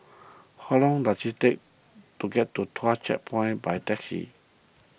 how long does it take to get to Tuas Checkpoint by taxi